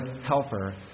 helper